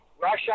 Russia